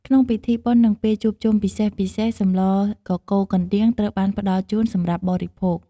ក្នុងពិធីបុណ្យនិងពេលជួបជុំពិសេសៗសម្លកកូរកណ្ដៀងត្រូវបានផ្តល់ជូនសម្រាប់បរិភោគ។